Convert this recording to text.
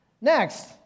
Next